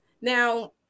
Now